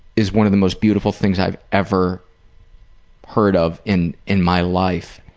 is one of the most beautiful things i've ever heard of in in my life.